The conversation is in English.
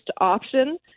option